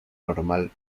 normal